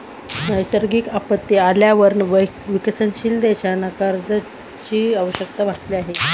नैसर्गिक आपत्ती आल्यावर विकसनशील देशांना कर्जाची आवश्यकता भासली आहे